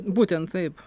būtent taip